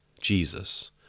Jesus